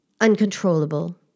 uncontrollable